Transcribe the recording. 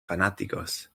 fanáticos